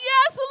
Yes